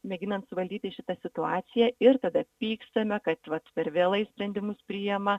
mėginant suvaldyti šitą situaciją ir tada pykstame kad vat per vėlai sprendimus priima